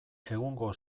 egungo